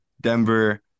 Denver